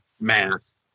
math